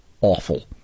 awful